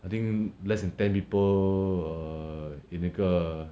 I think less than ten people err in 那个